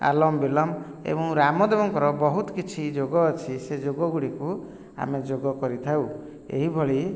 ଆଲମ୍ ବିଲମ୍ ଏବଂ ରାମଦେବଙ୍କର ବହୁତ କିଛି ଯୋଗ ଅଛି ସେ ଯୋଗ ଗୁଡ଼ିକୁ ଆମେ ଯୋଗ କରିଥାଉ ଏହିଭଳି